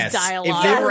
dialogue